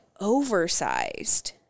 oversized